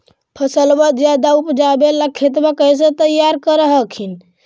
फसलबा ज्यादा उपजाबे ला खेतबा कैसे तैयार कर हखिन?